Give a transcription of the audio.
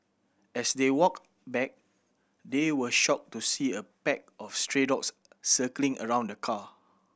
as they walked back they were shocked to see a pack of stray dogs circling around the car